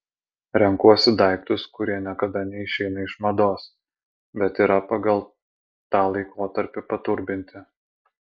renkuosi daiktus kurie niekada neišeina iš mados bet yra pagal tą laikotarpį paturbinti